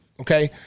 okay